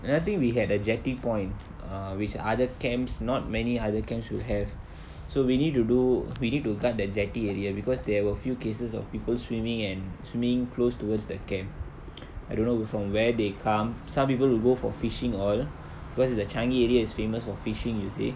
another thing we had a jetty point uh which other camps not many other camps would have so we need to do we need to guard the jetty area because there were few cases of people swimming and swimming close towards the camp I don't know from where they come some people will go for fishing all because it's the changi area is famous for fishing you see